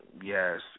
yes